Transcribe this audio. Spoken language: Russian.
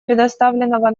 представленного